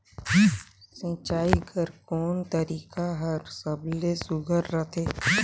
सिंचाई कर कोन तरीका हर सबले सुघ्घर रथे?